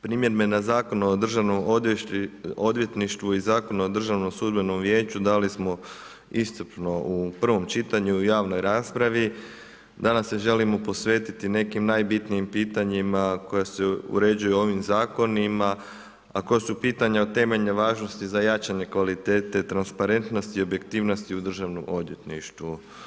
Primjedbe na Zakon o Državnom odvjetništvu i Zakon o Državnoodvjetničkom vijeću dali smo iscrpno u prvom čitanju javnoj raspravi, danas se želimo posvetiti nekim najbitnijim pitanjima koja se uređuju ovim zakonima a koja su pitanja od temeljne važnosti za jačanje kvalitete transparentnosti i objektivnosti u Državnom odvjetništvu.